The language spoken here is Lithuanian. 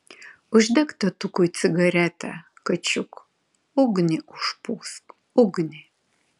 uždek tėtukui cigaretę kačiuk ugnį užpūsk ugnį